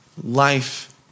life